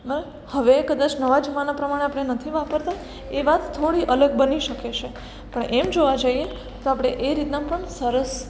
બરા હવે કદાચ નવા જમાના પ્રમાણે આપણે નથી વાપરતા એ વાત થોડી અલગ બની શકે છે પણ એમ જોવા જઈએ તો આપણે એ રીતના પણ સરસ